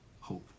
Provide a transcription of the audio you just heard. hope